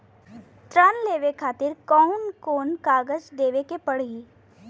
ऋण लेवे के खातिर कौन कोन कागज देवे के पढ़ही?